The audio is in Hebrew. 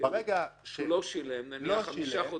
ברגע -- הוא לא שילם נניח חמישה חודשים.